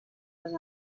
les